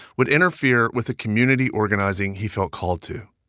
would interfere with the community organizing he felt called to.